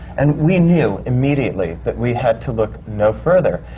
and we knew immediately that we had to look no further.